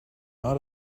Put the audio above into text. not